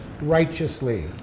righteously